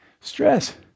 stress